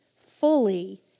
fully